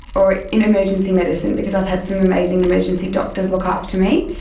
or in emergency medicine because i've had some amazing emergency doctors look after me.